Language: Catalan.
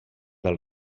del